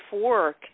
work